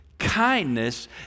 kindness